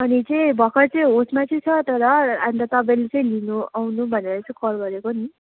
अनि चाहिँ भर्खरै चाहिँ होसमा चाहिँ छ तर अन्त तपाईँले चाहिँ लिनुआउनु भनेर चाहिँ कल गरेको नि